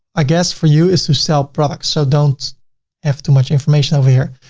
i guess, for you is to sell products. so don't add too much information over here.